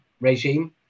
regime